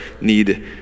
need